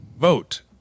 vote